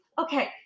okay